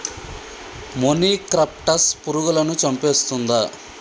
మొనిక్రప్టస్ పురుగులను చంపేస్తుందా?